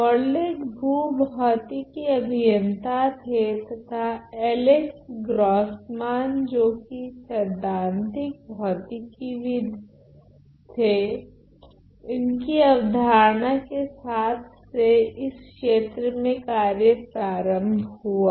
Morlet भूभौतिकी अभियंता थे तथा एलेक्स ग्रोसमान जो की सेद्धांतिक भौतिकीविद थे इनकी अवधारणा के साथ से इस क्षेत्र में कार्य प्रारम्भ हुआ